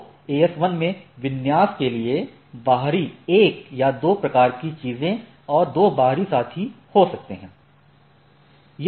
तो AS1 में विन्यास के लिए बाहरी 1 या 2 प्रकार की चीजें और दो बाहरी साथी हो सकते हैं